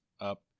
up